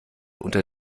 unter